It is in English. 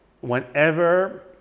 Whenever